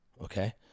okay